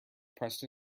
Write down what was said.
pressed